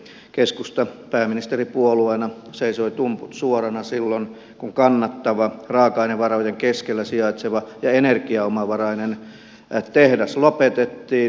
keskusta pääministeripuolueena seisoi tumput suorana silloin kun kannattava raaka ainevarojen keskellä sijaitseva ja energiaomavarainen tehdas lopetettiin